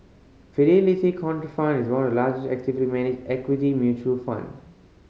Fidelity Contrafund is one of the largest actively managed equity mutual fund